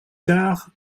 tard